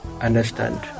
understand